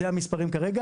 אלו המספרים כרגע.